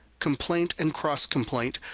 complaint and cross complaint,